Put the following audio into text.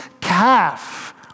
calf